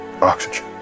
oxygen